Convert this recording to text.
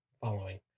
following